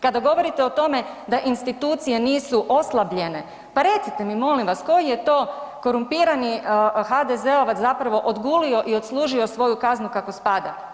Kada govorite o tome da institucije nisu oslabljene pa recite mi molim vas koji je to korumpirani HDZ-ovac zapravo odgulio i odslužio svoju kaznu kako spada?